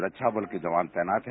सुरक्षा बल के जवान तैनात है